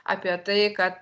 apie tai kad